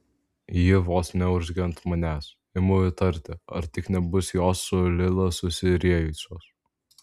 ji vos neurzgia ant manęs imu įtarti ar tik nebus jos su lila susiriejusios